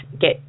get